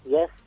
Yes